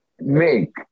make